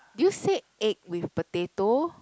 did you say egg with potato